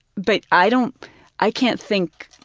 but i don't i can't think,